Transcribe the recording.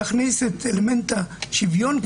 להכניס את אלמנט השוויון,